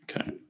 Okay